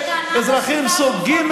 אזרחים סוג ג'.